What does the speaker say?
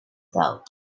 thought